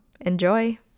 Enjoy